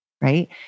right